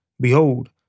Behold